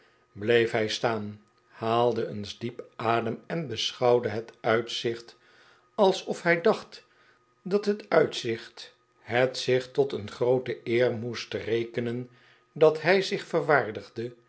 bleef hij staan haalde eens diep adem en beschouwde net uitzicht alsof hij dacht dat het uitzicht het zich tot een groote eer moest rekenen dat hij zich verwaardigde